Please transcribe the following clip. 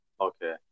Okay